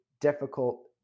difficult